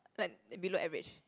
like below average